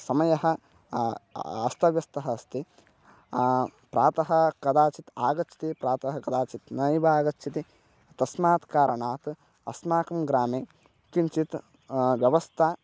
समयः अस्तव्यस्तः अस्ति प्रातः कदाचित् आगच्छति प्रातः कदाचित् नैव आगच्छति तस्मात् कारणात् अस्माकं ग्रामे किञ्चित् व्यवस्था